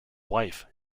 wife